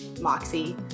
Moxie